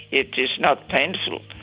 it is not painful.